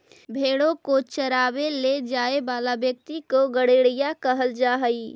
भेंड़ों को चरावे ले जाए वाला व्यक्ति को गड़ेरिया कहल जा हई